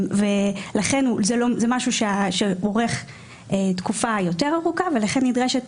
ולכן זה משהו שאורך תקופה יותר ארוכה ולכן נדרשת